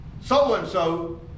so-and-so